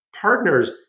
partners